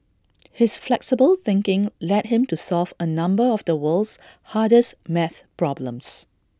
his flexible thinking led him to solve A number of the world's hardest maths problems